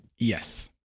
Yes